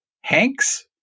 Hanks